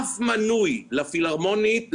אף מנוי לפילהרמונית,